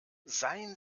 seien